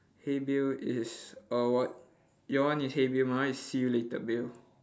hey bill is uh what your one is hey bill my one is see you later bill